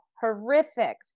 horrific